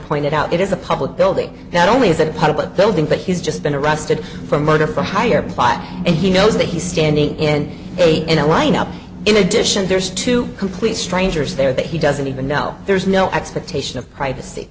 pointed out it is a public building not only as a public building but he's just been arrested for murder for hire and he knows that he's standing in a in a line up in addition there's two complete strangers there that he doesn't even know there's no expectation of privacy